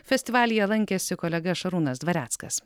festivalyje lankėsi kolega šarūnas dvareckas